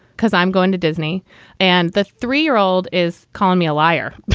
because i'm going to disney and the three year old is calling me a liar.